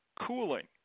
cooling